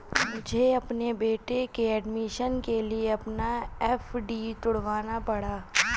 मुझे अपने बेटे के एडमिशन के लिए अपना एफ.डी तुड़वाना पड़ा